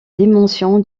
dimensions